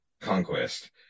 conquest